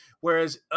Whereas